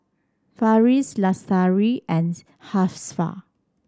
Farish Lestari and Hafsa